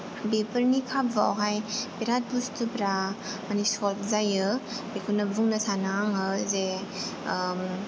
बेफोरनि खाबुवावहाय बिराद बुस्तुफ्रा माने सल्भ जायो बेखायनो बुंनो सानो आङो जे